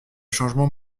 changement